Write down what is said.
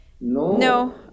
No